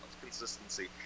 consistency